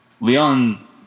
Leon